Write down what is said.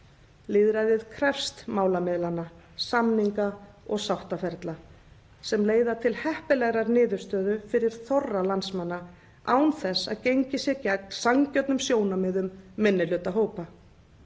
Lýðræðið krefst málamiðlana, samninga- og sáttaferla sem leiða til heppilegrar niðurstöðu fyrir þorra landsmanna án þess að gengið sé gegn sanngjörnum sjónarmiðum minnihlutahópa.